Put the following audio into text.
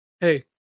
Hey